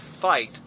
fight